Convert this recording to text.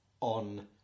on